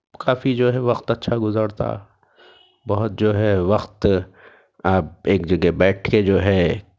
کافی جو ہے وقت اچھا گزرتا بہت جو ہے وقت ایک جگہ بیٹھ کے جو ہے